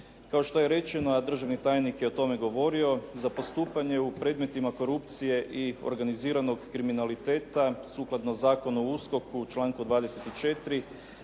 Kao što je rečeno, a državni tajnik je o tome govorio, za postupanje u predmetima korupcije i organiziranog kriminaliteta sukladno Zakonu o USKOK-u, članku 24.